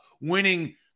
winning